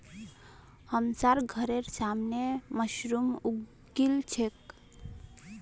हमसार घरेर सामने मशरूम उगील छेक